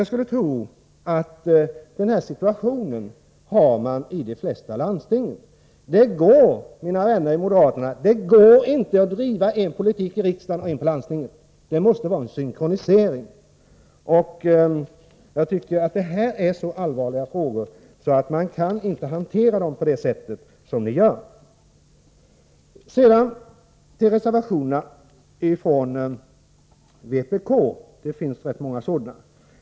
Jag skulle tro att de flesta landsting befinner sig i samma situation. Till mina vänner i moderata samlingspartiet skulle jag vilja säga: Det går inte att föra en sorts politik i riksdagen och en annan i landstingen. Det måste vara en synkronisering. Frågor av det här slaget är så allvarliga att man inte kan hantera dem på det sätt som ni gör. Sedan vill jag kommentera vpk:s motioner, och de är ganska många.